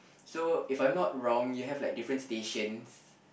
so if I'm not wrong you have like different stations